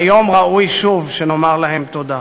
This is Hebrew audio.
היום ראוי ששוב נאמר להם תודה.